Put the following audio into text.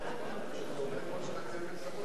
מסדר-היום